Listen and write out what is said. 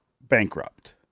bankrupt